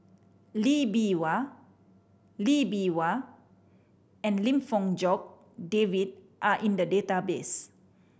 Lee Bee Wah Lee Bee Wah and Lim Fong Jock David are in the database